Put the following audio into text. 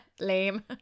lame